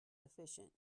efficient